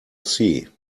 see